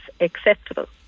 acceptable